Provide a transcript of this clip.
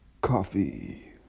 coffee